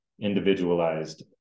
individualized